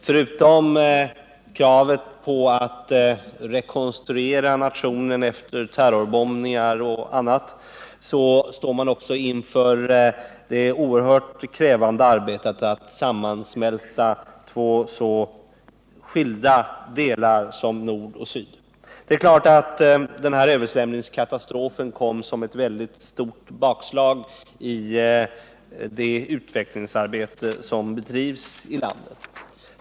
Förutom att man står inför kravet att rekonstruera nationen efter terrorbombningar och annat, står man också inför det oerhört krävande arbetet med att sammansmälta två så skilda delar som Nordvietnam och Sydvietnam. Det är klart att översvämningskatastrofen blev ett mycket stort bakslag för det utvecklingsarbete som bedrivs i landet.